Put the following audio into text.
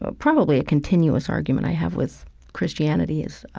but probably a continuous argument i have with christianity. is